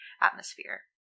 atmosphere